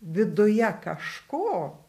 viduje kažko